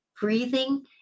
breathing